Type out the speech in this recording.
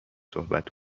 صحبت